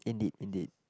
indeed indeed